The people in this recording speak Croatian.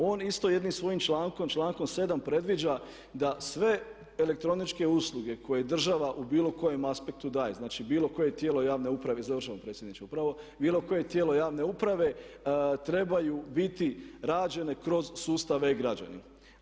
On isto jednim svojim člankom, člankom 7. predviđa da sve elektroničke usluge koje država u bilo kojem aspektu daje, znači bilo koje tijelo javne uprave, završavam predsjedniče upravo, bilo koje tijelo javne uprave trebaju biti rađene kroz sustave e-građanin.